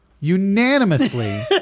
unanimously